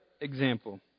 example